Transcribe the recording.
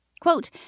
Quote